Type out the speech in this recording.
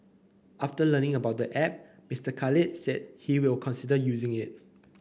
after learning about the app Mister Khalid said he will consider using it